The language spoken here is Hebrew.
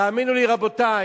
תאמינו לי, רבותי,